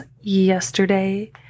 yesterday